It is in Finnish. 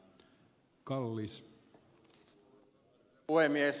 arvoisa puhemies